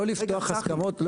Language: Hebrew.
לא לפתוח הסכמות.